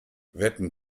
wetten